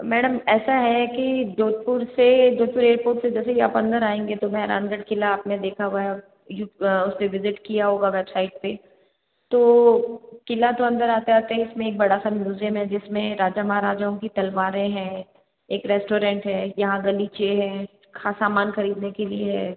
madam ऐसा है कि जोधपुर से दूसरे एयरपोर्ट से जैसे कि आप अंदर आएंगे तो मेहरानगढ़ किला आपने देखा हुआ है उसपे विजिट किया होगा वेबसाइट पे तो किला तो अंदर आते आते इसमें एक बड़ा सा म्यूज़ियम है जिसमें राजा महाराजाओं की तलवारें हैं एक रेस्टोरेंट है यहाँ गलीचे हैं समान खरीदने के लिए है